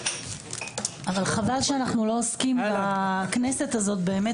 אבל חבל שאנחנו לא עוסקים בכנסת הזאת באמת